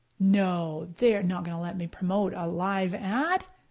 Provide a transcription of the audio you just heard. no, they are not gonna let me promote a live ad.